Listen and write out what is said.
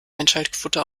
einschaltquote